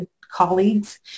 Colleagues